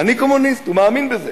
אני קומוניסט, הוא מאמין בזה.